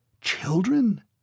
Children